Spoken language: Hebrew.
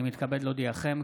אני מתכבד להודיעכם,